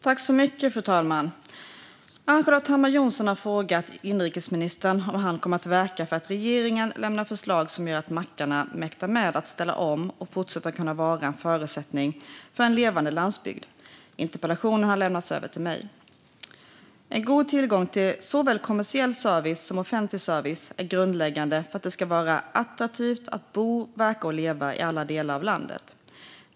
Fru talman! Ann-Charlotte Hammar Johnsson har frågat inrikesministern om han kommer att verka för att regeringen lämnar förslag som gör att mackarna mäktar med att ställa om och fortsatt vara en förutsättning för en levande landsbygd. Interpellationen har överlämnats till mig. En god tillgång till såväl kommersiell som offentlig service är grundläggande för att det ska vara attraktivt att bo, verka och leva i alla delar av landet.